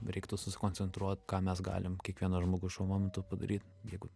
reiktų susikoncentruot ką mes galim kiekvienas žmogus šiuo momentu padaryt jeigu